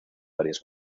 varias